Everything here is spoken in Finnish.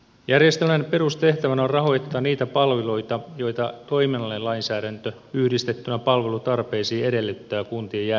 järjestelmän perustehtävänä on rahoittaa niitä palveluita joita toiminnallinen lainsäädäntö yhdistettynä palvelutarpeisiin edellyttää kuntien järjestävän